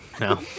No